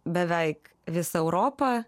beveik visą europą